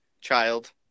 child